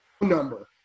number